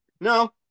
No